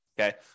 okay